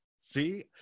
See